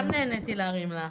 סתם נהניתי להרים לך.